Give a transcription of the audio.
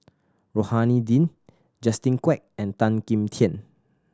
Rohani Din Justin Quek and Tan Kim Tian